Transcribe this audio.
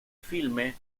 filme